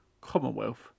Commonwealth